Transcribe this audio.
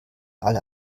alle